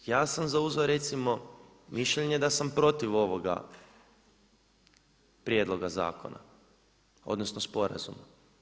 Ja sam zauzeo recimo mišljenje da sam protiv ovoga prijedloga zakona, odnosno sporazuma.